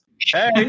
Hey